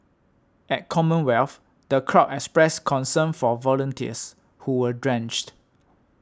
at Commonwealth the crowd expressed concern for volunteers who were drenched